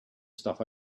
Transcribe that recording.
stuff